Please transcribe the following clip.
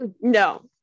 No